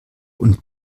und